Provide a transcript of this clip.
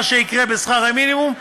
מה שיקרה בשכר המינימום,